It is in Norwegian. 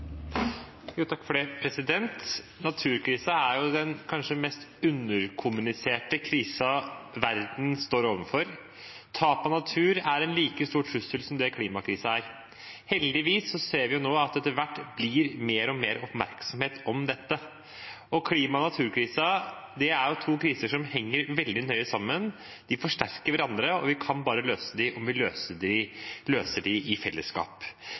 en like stor trussel som det klimakrisen er. Heldigvis ser vi nå at det etter hvert blir mer og mer oppmerksomhet om dette. Klimakrisen og naturkrisen er to kriser som henger veldig nøye sammen. De forsterker hverandre, og vi kan bare løse dem om vi løser dem i fellesskap.